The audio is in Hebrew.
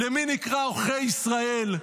למי נקרא עוכרי ישראל?